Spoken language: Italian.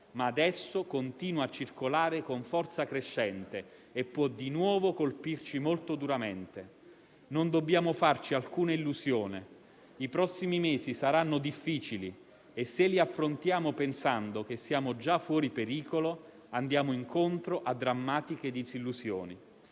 ma adesso continua a circolare con forza crescente e può di nuovo colpirci molto duramente. Non dobbiamo farci alcuna illusione: i prossimi mesi saranno difficili e, se li affrontiamo pensando che siamo già fuori pericolo, andiamo incontro a drammatiche disillusioni.